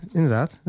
inderdaad